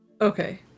okay